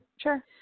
Sure